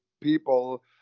people